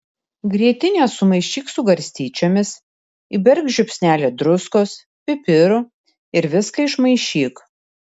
grietinę sumaišyk su garstyčiomis įberk žiupsnelį druskos pipirų ir viską išmaišyk